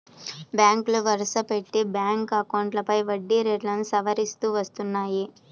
బ్యాంకులు వరుసపెట్టి బ్యాంక్ అకౌంట్లపై వడ్డీ రేట్లను సవరిస్తూ వస్తున్నాయి